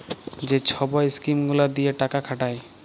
যে ছব ইস্কিম গুলা দিঁয়ে টাকা খাটায়